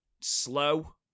slow